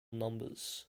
numbers